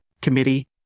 committee